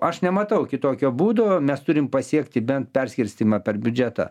aš nematau kitokio būdo mes turim pasiekti bent perskirstymą per biudžetą